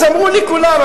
אז אמרו לי כולם,